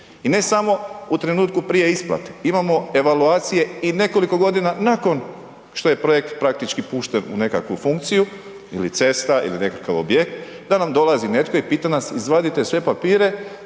I ne samo u trenutku prije isplate, imamo evaluacije i nekoliko godina nakon što je projekt praktički pušten u nekakvu funkciju ili cesta ili nekakav objekt da nam dolazi netko i pita nas, izvaditi sve papire